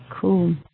Cool